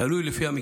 תלוי במקרה.